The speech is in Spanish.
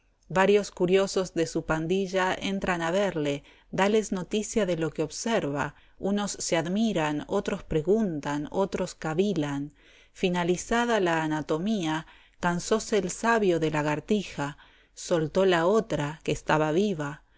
varios curiosos de su pandilla entran a verle dales noticia de lo que observa unos se admiran otros preguntan otros cavilan finalizada la anatomía cansóse el sabio de lagartija soltó la otra que estaba viva